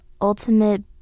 ultimate